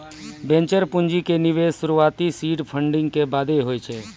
venture पूंजी के निवेश शुरुआती सीड फंडिंग के बादे होय छै